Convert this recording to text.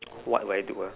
what will I do ah